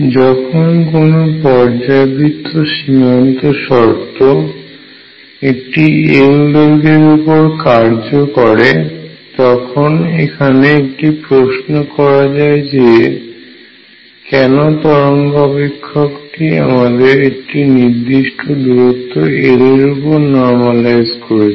যখন কোন পর্যায়বৃত্ত সীমান্ত শর্ত একটি L দৈর্ঘ্যের উপরে কার্য করে তখন এখনে একটি প্রশ্ন করা যায় যে কেন তরঙ্গ অপেক্ষক টি আমরা একটি নির্দিষ্ট দূরত্ব L এর উপর নর্মালাইজ করেছি